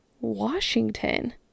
Washington